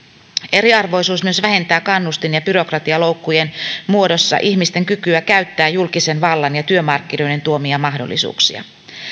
eriarvoisuus myös vähentää kannustin ja byrokratialoukkujen muodossa ihmisten kykyä käyttää julkisen vallan ja työmarkkinoiden tuomia mahdollisuuksia